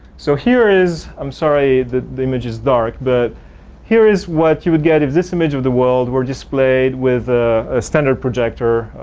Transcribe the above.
so, here is i'm sorry that the image is dark but here is what you would get if this image of the world where displayed with a standard projector,